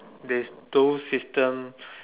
there is those system